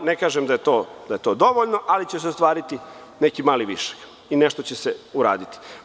Ne kažem da je to dovoljno, ali će se ostvariti neki mali višak i nešto će se uraditi.